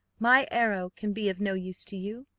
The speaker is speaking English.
my arrow can be of no use to you,